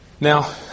Now